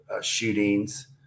shootings